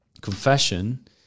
confession